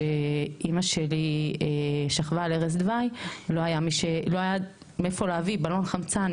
וכשאמא שלי שכבה על ערש דווי לא היה מאיפה להביא בלון חמצן,